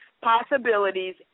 possibilities